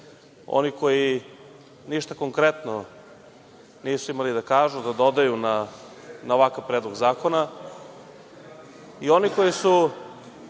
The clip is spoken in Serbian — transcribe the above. oni koji ništa konkretno nisu imali da kažu, da dodaju na ovakav predlog zakona i oni koji su